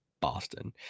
Boston